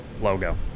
logo